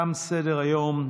תם סדר-היום.